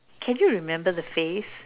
can you remember the face